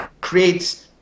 creates